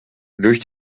durch